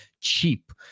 cheap